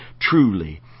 Truly